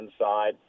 inside